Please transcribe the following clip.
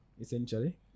essentially